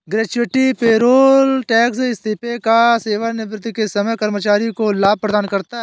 gratuity payroll tax इस्तीफे या सेवानिवृत्ति के समय कर्मचारी को लाभ प्रदान करता है